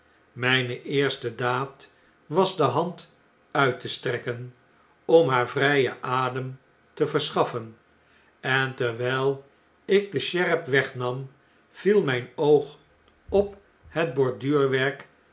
mgne eerste daad was de hand uit te strekken om haar vrijen adem te verschaffen en terwijl ik de sjerp wegnam viel nip oog op het borduurwerk